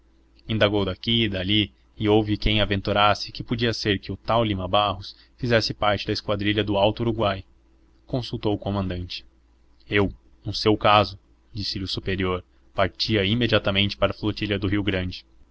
indagou daqui e dali e houve quem aventurasse que podia ser que o tal lima barros fizesse parte da esquadrilha do alto uruguai consultou o comandante eu no seu caso disse-lhe o superior partia imediatamente para a flotilha do rio grande